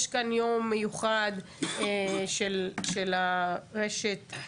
יש כאן יום מיוחד של הרשת,